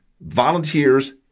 volunteers